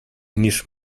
niche